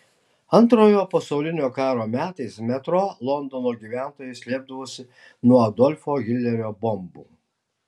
antrojo pasaulinio karo metais metro londono gyventojai slėpdavosi nuo adolfo hitlerio bombų